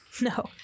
No